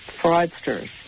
fraudsters